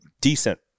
decent